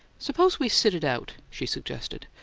suppose we sit it out? she suggested.